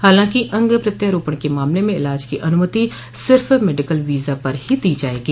हालांकि अंग प्रत्यारोपण के मामले में इलाज की अनुमति सिर्फ़ मेडिकल वीजा पर ही दी जाएगी